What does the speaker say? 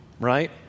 right